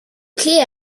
clés